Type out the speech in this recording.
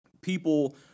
people